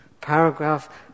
Paragraph